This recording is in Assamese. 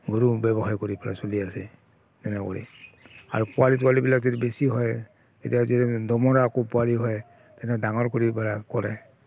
গৰু ব্যৱসায় কৰি পেলাই চলি আছে তেনে কৰি আৰু পোৱালি তোৱালিবিলাক যদি বেছি হয় এতিয়া যদি দমৰা আকৌ পোৱালি হয় তেনে ডাঙৰ কৰি কৰা কৰে